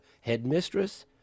headmistress